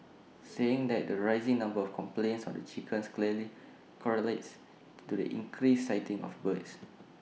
saying that the rising number of complaints on the chickens clearly correlates to the increased sighting of birds